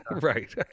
right